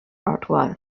artois